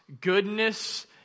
goodness